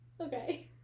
Okay